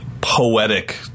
poetic